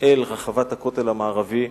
אל רחבת הכותל המערבי.